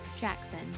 Jackson